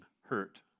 hurt